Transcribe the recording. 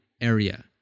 area